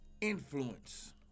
influence